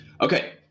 Okay